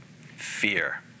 fear